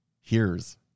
Hears